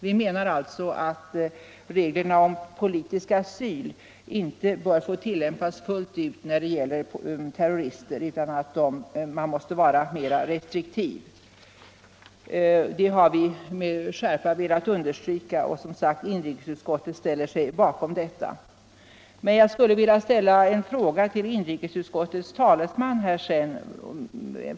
Vi menar alltså att reglerna om politisk asyl inte bör få tillämpas fullt ut när det gäller terrorister utan att man måste vara mera restriktiv. Det har vi med skärpa velat understryka, och inrikesutskottet ställer sig som sagt bakom uttalandet. Men jag skulle vilja rikta en fråga till inrikesutskottets talesman.